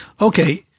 Okay